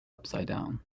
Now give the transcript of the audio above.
upsidedown